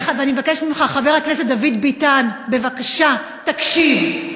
אני מבקשת ממך, חבר הכנסת דוד ביטן, בבקשה, תקשיב.